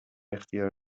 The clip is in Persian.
اختیار